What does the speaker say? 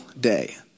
day